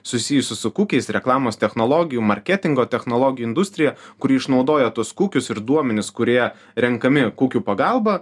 susijusi su kukiais reklamos technologijų marketingo technologijų industrija kuri išnaudoja tuos kokius ir duomenis kurie renkami kukių pagalba